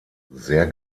sehr